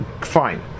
Fine